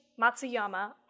Matsuyama